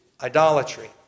Idolatry